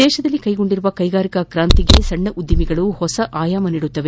ದೇಶದಲ್ಲಿ ಕೈಗೊಂಡಿರುವ ಕೈಗಾರಿಕಾ ಕ್ರಾಂತಿಗೆ ಸಣ್ಣ ಉದ್ದಿಮೆಗಳು ಹೊಸ ಆಯಾಮ ನೀಡಲಿವೆ